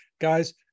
guys